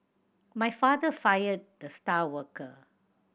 my father fired the star worker